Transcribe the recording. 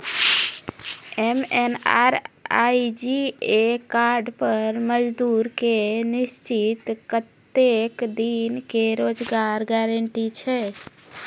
MNREGA card पर मजदुर के निश्चित कत्तेक दिन के रोजगार गारंटी छै?